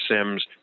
Sims